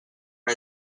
but